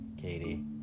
Katie